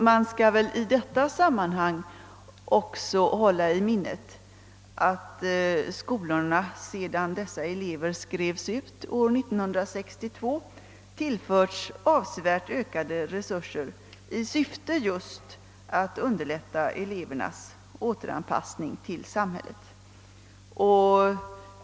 Man skall väl i detta sammanhang också hålla i minnet att skolorna, sedan dessa elever skrevs ut år 1962, har tillförts avsevärt ökade resurser just i syfte att underlätta elevernas återanpassning i samhället.